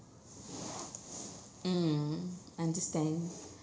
mm understand